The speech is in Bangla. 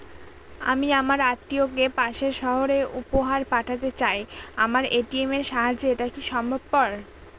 আমি আমার আত্মিয়কে পাশের সহরে উপহার পাঠাতে চাই আমার এ.টি.এম এর সাহায্যে এটাকি সম্ভবপর?